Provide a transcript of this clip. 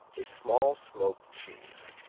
a small smoked cheese.